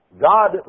God